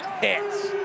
hits